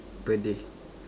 per day